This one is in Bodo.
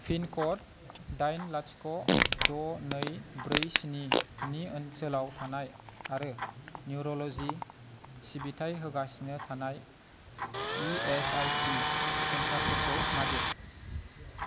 पिनक'ड दाइन लाथिख' द नै ब्रै स्निनि ओनसोलाव थानाय आरो निउर'ल'जि सिबिथाय होगासिनो थानाय इ एस आइ सि सेन्टारफोरखौ नागिर